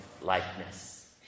likeness